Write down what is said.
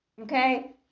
okay